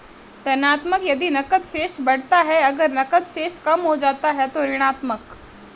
धनात्मक यदि नकद शेष बढ़ता है, अगर नकद शेष कम हो जाता है तो ऋणात्मक